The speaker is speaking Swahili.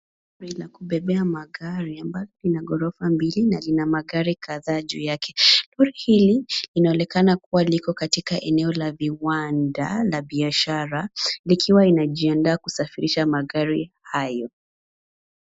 Lori la kubebea magari ambayo lina ghorofa mbili na lina magari kadhaa juu yake. Gari hili linaonekana kuwa liko katika eneo la viwanda na biashara likiwa linajiandaa kusafirisha magari hayo.